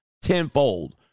Tenfold